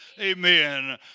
Amen